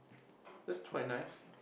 that's quite nice